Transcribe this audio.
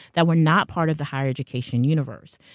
that were not part of the higher education universe.